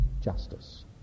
justice